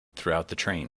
throughout